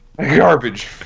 Garbage